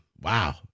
wow